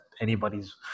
anybody's